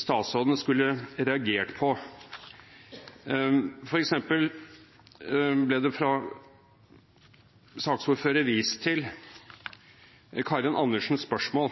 statsråden skulle reagert på: For eksempel ble det fra saksordføreren vist til Karin Andersens spørsmål.